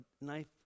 knife